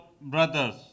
brothers